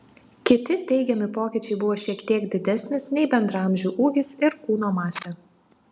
kiti teigiami pokyčiai buvo šiek tiek didesnis nei bendraamžių ūgis ir kūno masė